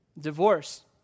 Divorce